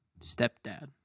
stepdad